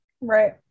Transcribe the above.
right